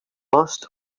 must